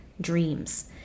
dreams